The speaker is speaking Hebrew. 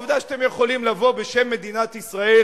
העובדה שאתם יכולים לבוא בשם מדינת ישראל,